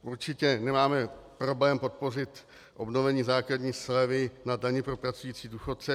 Určitě nemáme problém podpořit obnovení základní slevy na daně pro pracující důchodce.